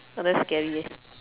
not that scary eh